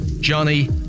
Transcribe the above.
Johnny